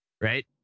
right